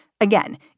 Again